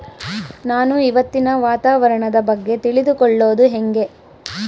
ನಾನು ಇವತ್ತಿನ ವಾತಾವರಣದ ಬಗ್ಗೆ ತಿಳಿದುಕೊಳ್ಳೋದು ಹೆಂಗೆ?